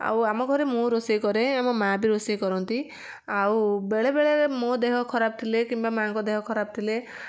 ଆଉ ଆମ ଘରେ ମୁଁ ରୋଷେଇ କରେ ଆମ ମାଁ ବି ରୋଷେଇ କରନ୍ତି ଆଉ ବେଳେ ବେଳେ ମୋ ଦେହ ଖରାପ ଥିଲେ କିମ୍ବା ମାଁଙ୍କ ଦେହ ଖରାପ ଥିଲେ